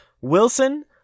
Wilson